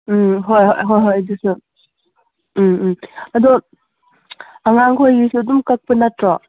ꯎꯝ ꯍꯣꯏ ꯍꯣꯏ ꯍꯣꯏ ꯍꯣꯏ ꯑꯗꯨꯁꯨ ꯎꯝ ꯎꯝ ꯑꯗꯣ ꯑꯉꯥꯡ ꯈꯣꯏꯒꯤꯁꯨ ꯑꯗꯨꯝ ꯀꯛꯄ ꯅꯠꯇ꯭ꯔꯣ